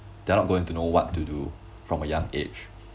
they're not going to know what to do from a young age